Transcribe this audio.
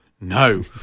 No